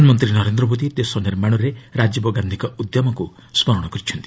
ପ୍ରଧାନମନ୍ତ୍ରୀ ନରେନ୍ଦ୍ର ମୋଦି ଦେଶ ନିର୍ମାଣରେ ରାଜୀବ ଗାନ୍ଧୀଙ୍କ ଉଦ୍ୟମକୁ ସ୍ମରଣ କରିଛନ୍ତି